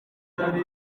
yari